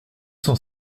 cent